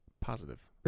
positive